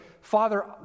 Father